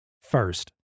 first